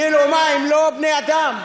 כאילו מה, הם לא בני אדם?